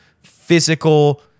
physical